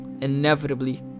inevitably